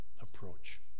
approach